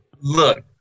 Look